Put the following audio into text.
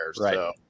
Right